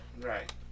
Right